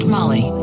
Molly